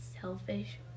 Selfish